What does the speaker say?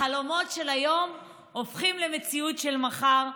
החלומות של היום הופכים למציאות של מחר,